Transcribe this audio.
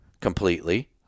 completely